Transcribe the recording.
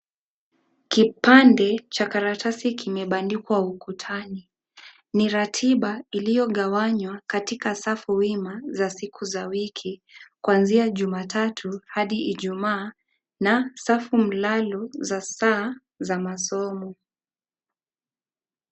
Kipande cha karatasi kimebandikwa ukutani. Ni ratiba iliyogawanywa katika safu wima za siku za wiki. Kuanzia Jumatatu hadi Ijumaa. Tu na safu mlalo za saa za masomo.